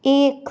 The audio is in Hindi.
एक